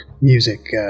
music